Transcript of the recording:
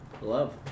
love